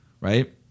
right